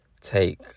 take